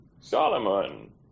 Solomon